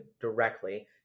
directly